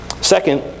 Second